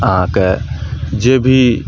अहाँके जे भी